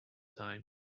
time